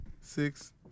Six